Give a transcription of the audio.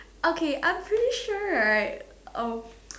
okay I'm pretty sure right um